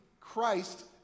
Christ